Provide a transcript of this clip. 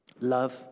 love